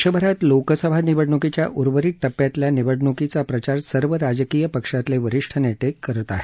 देशभरात लोकसभा निवडणुकीच्या उर्वरित टप्प्यातल्या निवडणुकीचा प्रचार सर्व राजकीय पक्षातले वरीष्ठ नेते करत आहेत